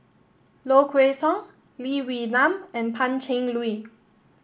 Low Kway Song Lee Wee Nam and Pan Cheng Lui